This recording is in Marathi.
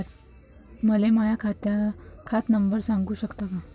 मले माह्या खात नंबर सांगु सकता का?